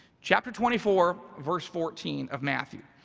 chapter twenty four verse fourteen of matthew,